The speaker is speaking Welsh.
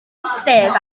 sef